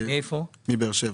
מבאר שבע.